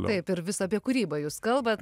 taip ir vis apie kūrybą jūs kalbat